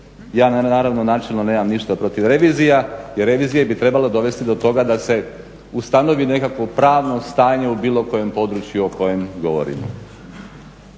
ja naravno načelno nemam ništa protiv revizija i revizije bi trebalo dovesti do toga da se ustanovi nekakvo pravno stanje u bilo kojem području o kojem govorimo.